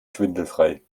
schwindelfrei